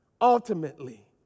ultimately